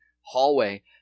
hallway